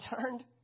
turned